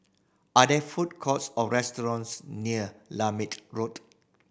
are there food courts or restaurants near Lermit Road